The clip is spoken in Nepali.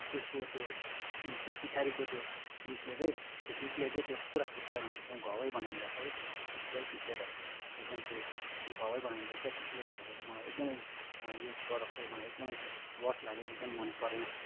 त्यसको त्यो त्यो पछाडिको त्यो उइसले चाहिँ त्यो बिटले चाहिँ त्यो पुरा खुट्टामा एकदमै घावै बनाइदिँदो रहेछ है त्यो चिप्लेर चिप्लेर एकदम त्यो घावै बनाइदिँदो रहेछ त्यसले गर्दाखेरि चाहिँ मलाई एकदमै यो प्रोडक्ट चाहिँ मलाई एकदमै वर्स लाग्यो एकदम मन परेन